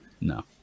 no